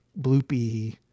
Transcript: bloopy